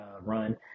run